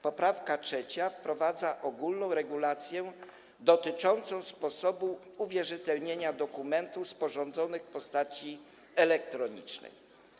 Poprawka 3. wprowadza ogólną regulację dotyczącą sposobu uwierzytelnienia dokumentów sporządzonych w postaci elektronicznej.